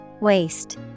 Waste